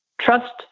trust